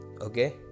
Okay